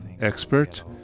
expert